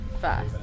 first